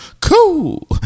Cool